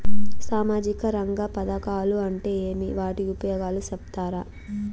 సామాజిక రంగ పథకాలు అంటే ఏమి? వాటి ఉపయోగాలు సెప్తారా?